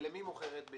ולמי בעיקר היא מוכרת?